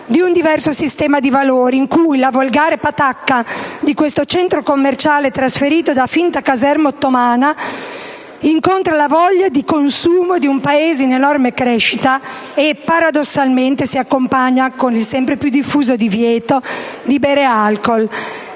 di un diverso sistema di valori, in cui la volgare patacca di un centro commerciale travestito da finta caserma ottomana incontra la voglia di consumo di un Paese in enorme crescita economica e paradossalmente si accompagna con il sempre più diffuso divieto di bere alcool.